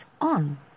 on